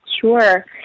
Sure